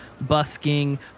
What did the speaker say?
busking